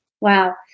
Wow